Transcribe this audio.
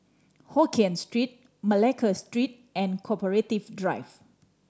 Hokien Street Malacca Street and Corporative Drive